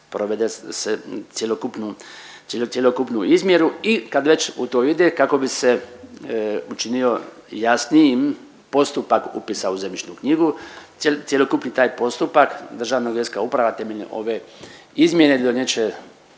provede se cjelokupnu izmjeru. I kad već u to ide kako bi se učinio jasnijim postupak upisa u zemljišnu knjigu cijeli taj postupak Državna geodetska uprava temeljem ove izmjene donijet